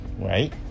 Right